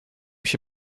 się